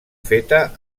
feta